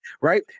right